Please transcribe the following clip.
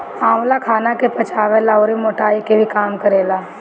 आंवला खाना के पचावे ला अउरी मोटाइ के भी कम करेला